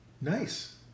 Nice